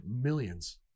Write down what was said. millions